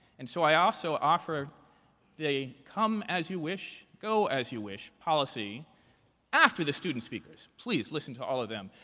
and so i also offer the come as you wish, go as you wish policy after the student speakers. please, listen to all of them.